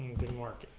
didn't work?